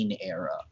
era